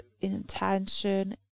intention